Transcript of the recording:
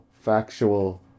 factual